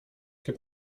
gib